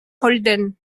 holden